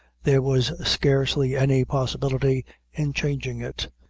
there was scarcely any possibility in changing it.